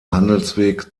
handelsweg